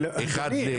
אבל אדוני,